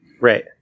Right